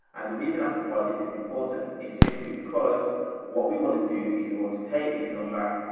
and the reason as to why this is important is simply because what we want to do is we want to take this number.